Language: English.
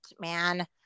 man